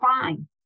fine